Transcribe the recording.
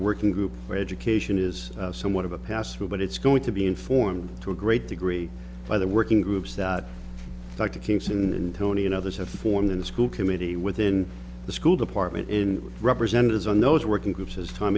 working group where education is somewhat of a pass through but it's going to be informed to a great degree by the working groups that king doctor it's in and others have formed in the school committee within the school department in with representatives on those working groups as time